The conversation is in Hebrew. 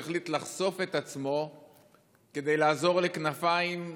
שהחליט לחשוף את עצמו כדי לעזור לכנפיים,